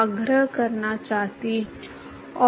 तो अगर हम जानते हैं du by dy हम कर रहे हैं